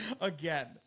again